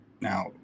now